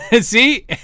see